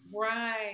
Right